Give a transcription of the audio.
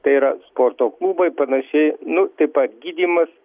tai yra sporto klubai panašiai nu tai pat gydymas